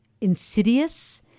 insidious